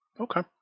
Okay